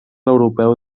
europeu